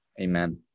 Amen